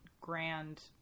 grand